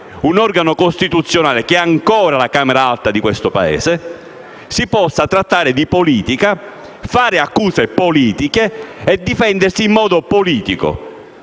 un organo costituzionale ed è ancora la Camera alta di questo Paese, si possa trattare di politica, fare accuse politiche e difendersi in modo politico: